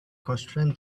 constrain